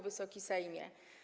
Wysoki Sejmie!